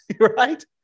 right